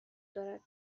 دارد